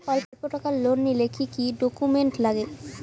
অল্প টাকার লোন নিলে কি কি ডকুমেন্ট লাগে?